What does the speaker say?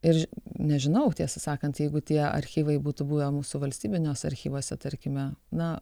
ir nežinau tiesą sakant jeigu tie archyvai būtų buvę mūsų valstybiniuose archyvuose tarkime na